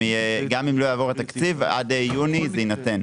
גם אם לא יעבור התקציב, עד יוני זה יינתן.